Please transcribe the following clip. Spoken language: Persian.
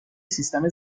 سیستم